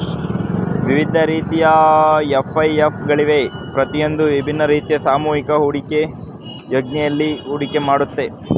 ವಿವಿಧ ರೀತಿಯ ಎಫ್.ಒ.ಎಫ್ ಗಳಿವೆ ಪ್ರತಿಯೊಂದೂ ವಿಭಿನ್ನ ರೀತಿಯ ಸಾಮೂಹಿಕ ಹೂಡಿಕೆ ಯೋಜ್ನೆಯಲ್ಲಿ ಹೂಡಿಕೆ ಮಾಡುತ್ತೆ